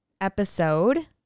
episode